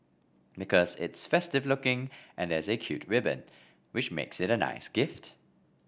because it's festive looking and there's a cute ribbon which makes it a nice gift